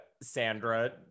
Sandra